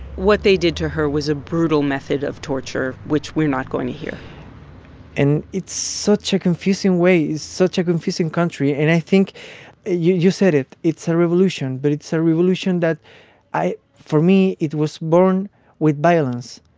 what they did to her was a brutal method of torture, which we're not going to hear and it's such a confusing way, such a confusing country. and i think you you said it. it's a revolution, but it's a revolution that i for me, it was born with violence.